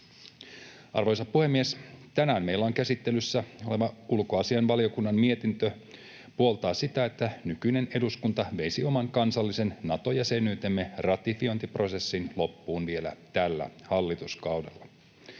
Arvoisa puhemies! Tänään meillä käsittelyssä oleva ulkoasiainvaliokunnan mietintö puoltaa sitä, että nykyinen eduskunta veisi oman kansallisen Nato-jäsenyytemme ratifiointiprosessin loppuun vielä tällä hallituskaudella.